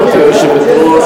גברתי היושבת-ראש,